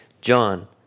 John